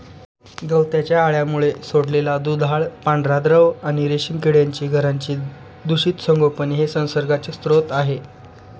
गवताच्या अळ्यांमुळे सोडलेला दुधाळ पांढरा द्रव आणि रेशीम किड्यांची घरांचे दूषित संगोपन हे संसर्गाचे स्रोत आहे